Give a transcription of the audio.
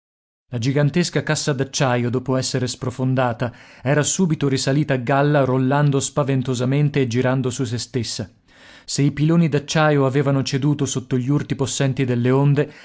la gigantesca cassa d'acciaio dopo essere sprofondata era subito risalita a galla rollando spaventosamente e girando su se stessa se i piloni d'acciaio avevano ceduto sotto gli urti possenti delle onde